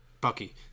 Bucky